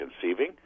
conceiving